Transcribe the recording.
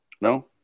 No